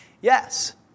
Yes